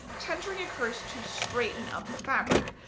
tentering occurs to straighten up the fabric.